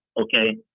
okay